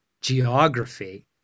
geography